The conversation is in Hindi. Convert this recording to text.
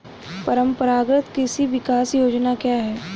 परंपरागत कृषि विकास योजना क्या है?